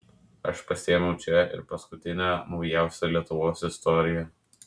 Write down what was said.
aš pasiėmiau čia ir paskutinę naujausią lietuvos istoriją